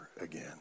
again